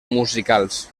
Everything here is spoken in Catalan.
musicals